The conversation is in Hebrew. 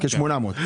כ-800.